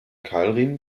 keilriemen